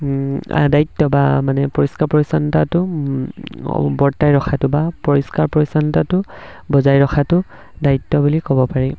দায়িত্ব বা মানে পৰিষ্কাৰ পৰিচ্ছন্নতাটো বৰ্তাই ৰখাটো বা পৰিষ্কাৰ পৰিচ্ছন্নতাটো বজাই ৰখাটো দায়িত্ব বুলি ক'ব পাৰি